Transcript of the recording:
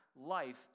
life